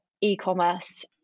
e-commerce